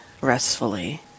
restfully